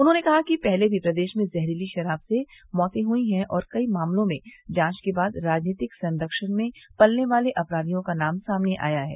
उन्होंने कहा कि पहले भी प्रदेश में जहरीली शराब से मौते हुई है और कई मामलों में जांच के बाद राजनीतिक संरक्षण में पलने वाले अपराधियों का नाम सामने आया है